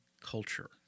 culture